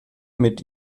mit